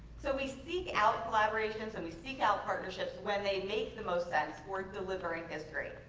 so we seek out collaborations. and we seek out partnerships when they make the most and for delivering history.